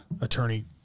attorney